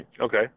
okay